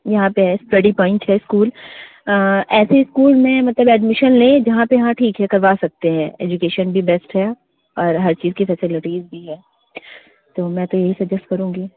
यहाँ पर study point है स्कूल ऐसे स्कूल में मतलब एडमिशन ले जहाँ पर हाँ ठीक है करवा सकते हैं एजुकेशन भी बेस्ट है और हर चीज की फैसलिटीज भी है तो मैं तो यही सजेस्ट करूँगी